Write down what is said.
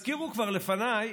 הזכירו כבר לפניי,